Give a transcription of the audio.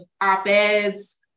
op-eds